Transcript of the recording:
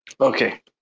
Okay